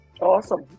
Awesome